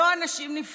לא אנשים נפלאים.